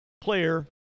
player